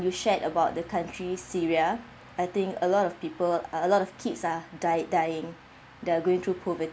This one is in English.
you shared about the country syria I think a lot of people a a lot of kids are dy~ dying the going through COVID